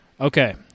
Okay